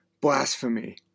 Blasphemy